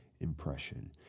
impression